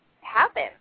happen